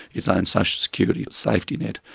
its own social security safety net,